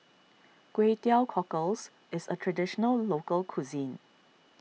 Kway Teow Cockles is a Traditional Local Cuisine